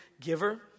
giver